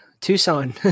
Tucson